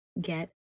Get